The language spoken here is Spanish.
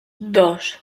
dos